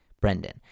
Brendan